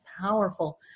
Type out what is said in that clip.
powerful